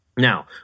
Now